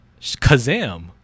Kazam